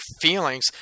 feelings